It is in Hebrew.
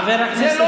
חבר הכנסת